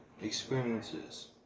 experiences